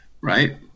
Right